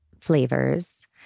flavors